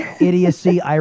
idiocy